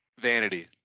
Vanity